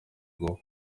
ngo